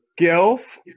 skills